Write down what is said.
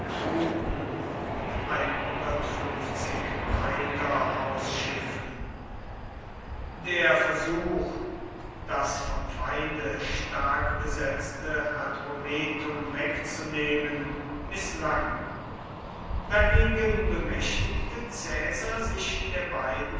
rekruten und reiter ausschiffen der versuch das vom feinde stark besetzte hadrumetum wegzunehmen mißlang dagegen bemächtigte caesar sich der beiden